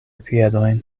piedojn